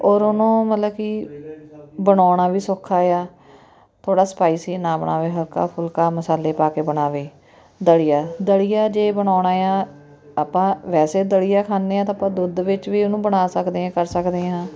ਔਰ ਉਹਨਾਂ ਮਤਲਬ ਕਿ ਬਣਾਉਣਾ ਵੀ ਸੌਖਾ ਆ ਥੋੜ੍ਹਾ ਸਪਾਇਸੀ ਨਾ ਬਣਾਵੇ ਹਲਕਾ ਫੁਲਕਾ ਮਸਾਲੇ ਪਾ ਕੇ ਬਣਾਵੇ ਦਲੀਆ ਦਲੀਆ ਜੇ ਬਣਾਉਣਾ ਆ ਆਪਾਂ ਵੈਸੇ ਦਲੀਆ ਖਾਂਦੇ ਹਾਂ ਤਾਂ ਆਪਾਂ ਦੁੱਧ ਵਿੱਚ ਵੀ ਉਹਨੂੰ ਬਣਾ ਸਕਦੇ ਹਾਂ ਕਰ ਸਕਦੇ ਹਾਂ